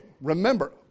remember